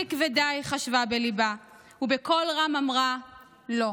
מספיק ודי, חשבה בליבה, ובקול רם אמרה: לא.